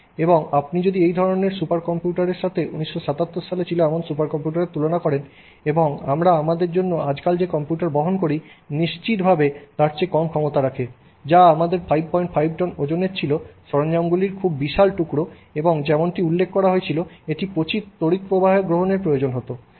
এবং আপনি যদি এই ধরণের সুপার কম্পিউটারের সাথে 1977 সালে ছিল এমন সুপার কম্পিউটারের তুলনা করেন এবং আমরা আমাদের জন্য আজকাল যে কম্পিউটার বহন করি নিশ্চিতভাবে তার চেয়ে কম ক্ষমতা রাখে যা আমাদের 55 টন ওজনের ছিল সরঞ্জামগুলির খুব বিশাল টুকরো এবং যেমনটি উল্লেখ করা হয়েছিল এটির প্রচুর তড়িৎ প্রবাহ গ্রহনের প্রয়োজন হত